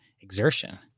exertion